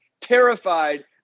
terrified